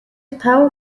таваг